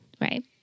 Right